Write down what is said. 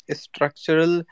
structural